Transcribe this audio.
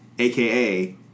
AKA